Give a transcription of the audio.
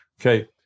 Okay